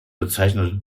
bezeichnete